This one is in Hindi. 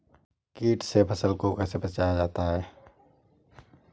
कीट से फसल को कैसे बचाया जाता हैं?